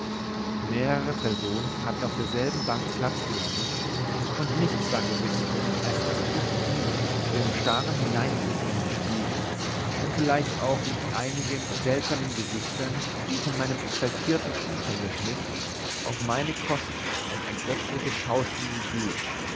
mehrere personen hatten auf derselben bank platz genommen und nichts war gewisser als daß ich ihnen mit dem starren hineinblicken in den spiegel und vielleicht auch mit einigen seltsamen gesichtern die ich in meinem exaltiertem zustande schnitt auf meine kosten ein ergötzliches schauspiel gegeben